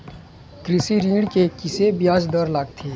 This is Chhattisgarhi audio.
कृषि ऋण के किसे ब्याज दर लगथे?